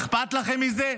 אכפת לכם מזה?